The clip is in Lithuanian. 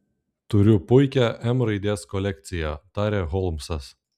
turiu puikią m raidės kolekciją tarė holmsas